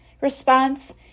response